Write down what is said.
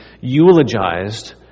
eulogized